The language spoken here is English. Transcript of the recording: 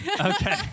Okay